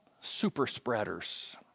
super-spreaders